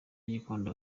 gikondo